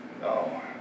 No